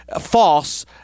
false—